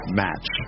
match